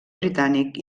britànic